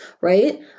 right